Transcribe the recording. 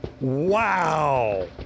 Wow